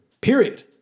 period